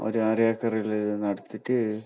ഒരു ആര ഏക്കർ ഉള്ളതിൽ നടത്തിയിട്ട്